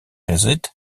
gezet